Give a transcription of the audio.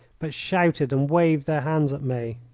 but shouted and waved their hands at me.